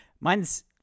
mine's